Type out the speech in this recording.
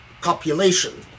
copulation